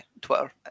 Twitter